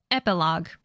epilogue